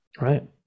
right